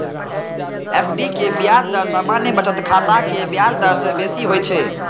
FD के ब्याज दर सामान्य बचत खाताक ब्याज दर सं बेसी होइ छै